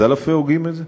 זַלַפה הוגים את זה?